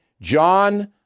John